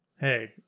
Hey